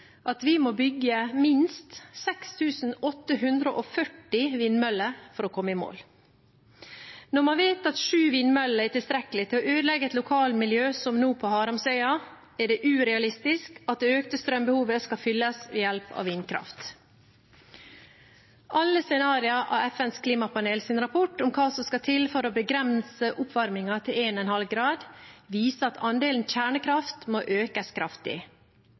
at vi må bygge minst 6 840 vindmøller for å komme i mål. Når man vet at sju vindmøller er tilstrekkelig til å ødelegge et lokalmiljø, som nå på Haramsøya, er det urealistisk at det økte strømbehovet skal fylles ved hjelp av vindkraft. Alle scenarioer i FNs klimapanels rapport om hva som skal til for å begrense oppvarmingen til 1,5 grad, viser at andelen kjernekraft må økes kraftig.